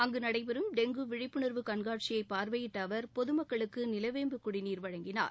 அங்கு நடைபெறும் டெங்கு விழிப்புணர்வு கண்காட்சியை பார்வையிட்ட அவர் பொதுமக்களுக்கு நிலவேம்பு குடிநீர் வழங்கினார்